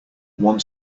one